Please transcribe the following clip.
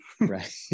right